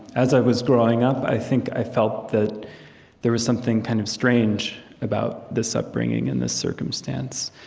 as i was growing up, i think i felt that there was something kind of strange about this upbringing and this circumstance.